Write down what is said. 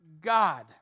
God